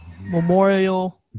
memorial